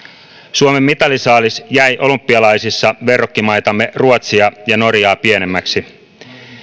suomen mitalisaalis jäi olympialaisissa verrokkimaitamme ruotsia ja norjaa pienemmäksi